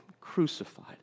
Crucified